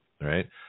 Right